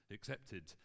accepted